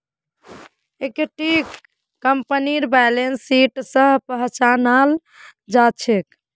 इक्विटीक कंपनीर balance sheet स पहचानाल जा छेक